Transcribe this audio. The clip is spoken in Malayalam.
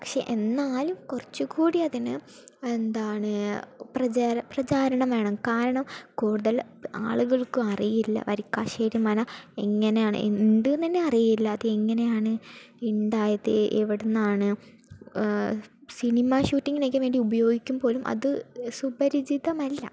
പക്ഷേ എന്നാൽ കുറച്ച്കൂടി അതിന് എന്താണ് പ്രചാര പ്രചാരണം വേണം കാരണം കൂടുതൽ ആളുകൾക്കും അറിയില്ല വരിക്കാശ്ശേരി മന എങ്ങനെയാണ് ഉണ്ട് എന്ന് തന്നെ അറിയില്ല അതെങ്ങനെയാണ് ഉണ്ടായത് എവിടെ നിന്നാണ് സിനിമ ഷൂട്ടിങ്ങിനൊക്കെ വേണ്ടി ഉപയോഗിക്കും പോലും അത് സുപരിചിതമല്ല